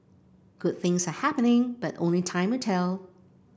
good things are happening but only time will tell